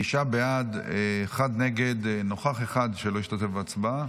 תשעה בעד, אחד נגד, נוכח אחד שלא השתתף בהצבעה.